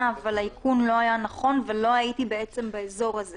אבל האיכון לא היה נכון ובעצם לא הייתי באזור הזה